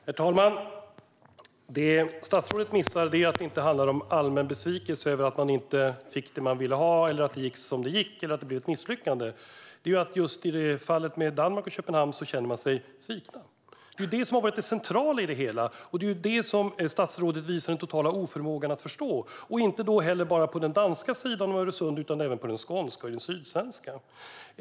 Herr talman! Det statsrådet missar är att det inte handlar om allmän besvikelse över att man inte fick det man ville ha, att det gick som det gick eller att det blev ett misslyckande. I fallet med Danmark och Köpenhamn känner man sig sviken. Det är det som har varit det centrala i det hela, och det är det som statsrådet visar en total oförmåga att förstå. Det gäller inte bara på den danska utan även på den skånska och sydsvenska sidan av Öresund.